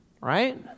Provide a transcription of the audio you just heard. right